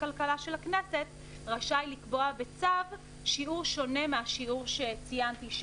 הכלכלה של הכנסת רשאי לקבוע בצו שיעור שונה מהשיעור שציינתי,